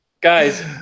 Guys